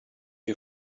you